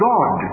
God